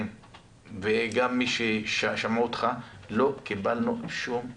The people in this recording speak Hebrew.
וגם מי ששמעו אותך לא קיבלנו שום הסבר.